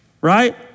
right